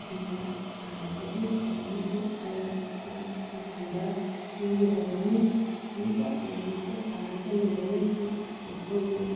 ꯑꯗꯨꯒ ꯁꯥꯟꯅꯕꯒꯤ ꯇꯥꯏꯃꯤꯡꯁꯨ ꯈꯔ ꯏꯆꯥ ꯏꯁꯨꯁꯤꯡꯗ ꯄꯤꯒꯗꯕꯅꯤ ꯁꯨꯝꯇ ꯂꯥꯏꯔꯤꯛꯇ ꯄꯥꯔꯒ ꯂꯩꯔꯒꯁꯨ ꯃꯈꯣꯏꯒꯤ